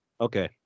Okay